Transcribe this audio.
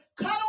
cut